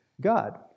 God